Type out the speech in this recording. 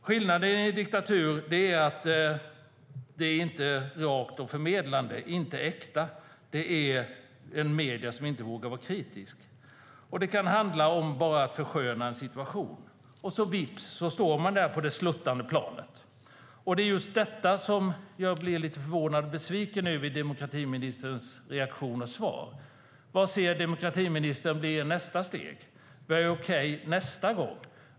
Skillnaden mot en diktatur är att det där inte är rakt och förmedlande, inte äkta. Det är medier som inte vågar vara kritiska. Det kan handla om att bara försköna en situation, men vips står man där på det sluttande planet. Det är just detta som jag blir lite förvånad och besviken över i demokratiministerns reaktion och svar. Vad ser demokratiministern som nästa steg? Vad är okej nästa gång?